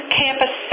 campus